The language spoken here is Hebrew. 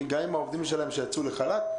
גם עם העובדים שלהם שיצאו לחל"ת.